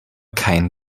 kein